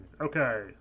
okay